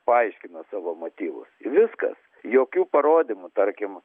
paaiškino savo motyvus ir viskas jokių parodymų tarkim